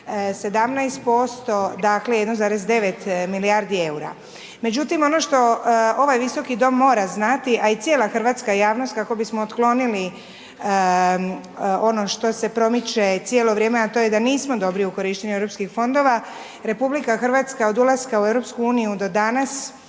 17% dakle, 1,9 milijardi eura. Međutim, ono što ovaj Visoki dom mora znati, a i cijela hrvatska javnost, kako bismo otklonili, ono što se promiče cijelo vrijeme, a to je da nismo dobri u korištenju europskih fondova, RH, od ulaska u EU, do danas,